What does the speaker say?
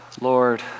Lord